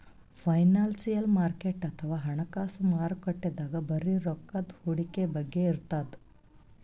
financial market ಅಥವಾ ಹಣಕಾಸ್ ಮಾರುಕಟ್ಟೆದಾಗ್ ಬರೀ ರೊಕ್ಕದ್ ಹೂಡಿಕೆ ಬಗ್ಗೆ ಇರ್ತದ್